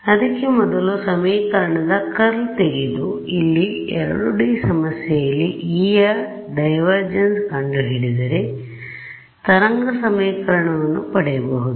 ಅದಕ್ಕೆ ಮೊದಲ ಸಮೀಕರಣದ ಕರ್ಲ್ ತೆಗೆದು ಇಲ್ಲಿ 2 D ಸಮಸ್ಯೆಯಲ್ಲಿ E ಯ ಡೈವರ್ಜೆನ್ಸ್ ಕಂಡು ಹಿಡಿದರೆ ತರಂಗ ಸಮೀಕರಣವನ್ನು ಪಡೆಯಬಹುದು